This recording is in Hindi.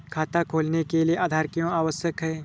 खाता खोलने के लिए आधार क्यो आवश्यक है?